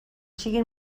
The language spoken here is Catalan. siguen